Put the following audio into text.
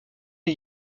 les